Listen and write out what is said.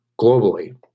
globally